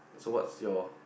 so what's your